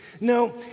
No